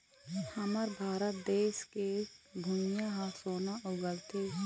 हमर भारत देस के भुंइयाँ ह सोना उगलथे